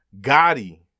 Gotti